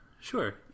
Sure